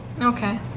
Okay